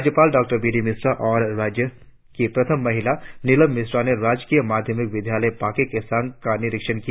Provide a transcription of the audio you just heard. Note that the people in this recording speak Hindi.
राज्यपाल डॉ बी डी मिश्रा और राज्य की प्रथम महिला निलम मिश्रा ने राजकीय माध्यमिक विद्यालय पाक्के केसांग का निरीक्षण किया